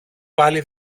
πάλι